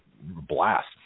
blast